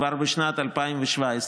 כבר בשנת 2017,